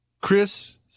Chris